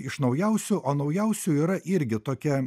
į iš naujausių o naujausių yra irgi tokia